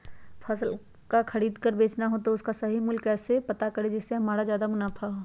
फल का खरीद का बेचना हो तो उसका सही मूल्य कैसे पता करें जिससे हमारा ज्याद मुनाफा हो?